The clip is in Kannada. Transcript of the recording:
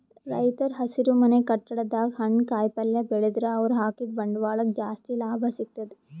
ರೈತರ್ ಹಸಿರುಮನೆ ಕಟ್ಟಡದಾಗ್ ಹಣ್ಣ್ ಕಾಯಿಪಲ್ಯ ಬೆಳದ್ರ್ ಅವ್ರ ಹಾಕಿದ್ದ ಬಂಡವಾಳಕ್ಕ್ ಜಾಸ್ತಿ ಲಾಭ ಸಿಗ್ತದ್